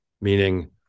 meaning